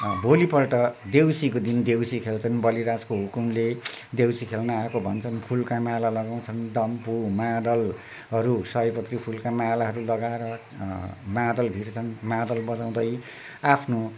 भोलिपल्ट देउसीको दिन देउसी खेल्छन् बलिराजको हुकुमले देउसी खेल्न आएको भन्छन् फुलका माला लगाउँछन् डम्फू मादलहरू सयपत्री फुलका मालाहरू लगाएर मादल भिर्छन् मादल बजाउँदै